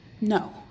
No